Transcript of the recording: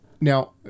Now